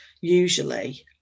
usually